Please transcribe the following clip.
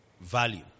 Value